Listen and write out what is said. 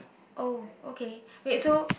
oh okay wait so